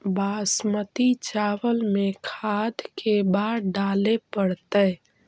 बासमती चावल में खाद के बार डाले पड़तै?